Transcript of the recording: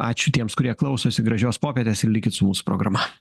ačiū tiems kurie klausosi gražios popietės ir likit su mūsų programa